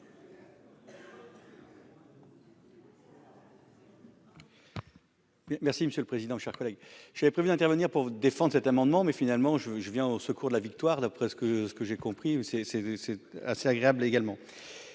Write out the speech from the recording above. Merci monsieur le président, chers collègues, j'avais prévu d'intervenir pour défendre cet amendement mais finalement je je viens au secours de la victoire, d'après ce que ce que j'ai compris c'est c'est c'est assez agréable également